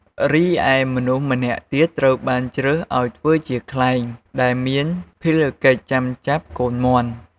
រីឯមនុស្សម្នាក់ទៀតត្រូវបានជ្រើសឲ្យធ្វើជាខ្លែង ដែលមានភារកិច្ចចាំចាប់កូនមាន់។